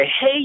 hey